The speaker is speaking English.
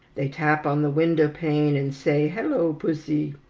they tap on the window pane, and say, halloo, pussy!